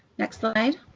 next slide.